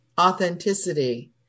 authenticity